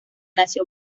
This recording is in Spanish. nació